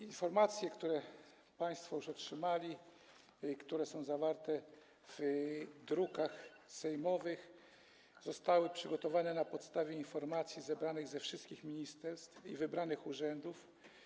Informacje, które państwo już otrzymaliście i które są zawarte w drukach sejmowych, zostały przygotowane na podstawie informacji zebranych ze wszystkich ministerstw i wybranych urzędów.